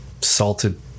salted